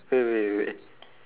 pet centre